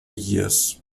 years